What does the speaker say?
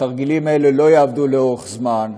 התרגילים האלה לא יעבדו לאורך זמן,